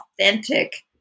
authentic